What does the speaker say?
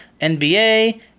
NBA